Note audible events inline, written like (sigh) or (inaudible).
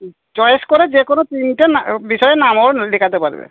choice করে যে কোন তিনটে (unintelligible) বিষয়ে নাম রোল লেখাতে পারবে